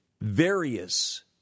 various